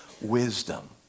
wisdom